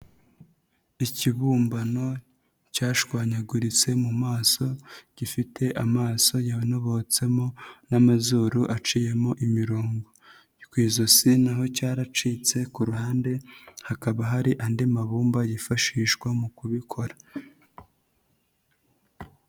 Ikibumbano cyashwanyaguritse mu maso, gifite amaso yonobotsemo n'amazuru aciyemo imirongo, ku ijosi na ho cyaracitse ku ruhande hakaba hari andi mabumba yifashishwa mu kubikora.